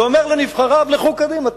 ואומר לנבחריו: לכו קדימה,